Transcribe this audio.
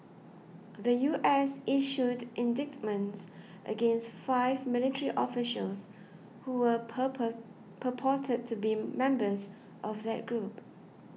the U S issued indictments against five military officials who were purport purported to be members of that group